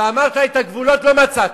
ואמרת: את הגבולות לא מצאתי.